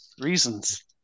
reasons